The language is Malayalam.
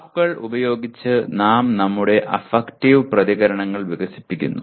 വാക്കുകൾ ഉപയോഗിച്ച് നാം നമ്മുടെ അഫക്റ്റീവ് പ്രതികരണങ്ങൾ വികസിപ്പിക്കുന്നു